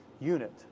unit